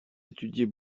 étudiez